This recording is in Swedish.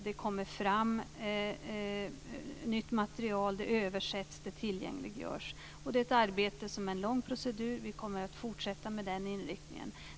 Det kommer fram nytt material, som översätts och tillgängliggörs. Det är en lång procedur, och vi kommer att fortsätta med samma inriktning.